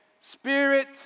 Spirit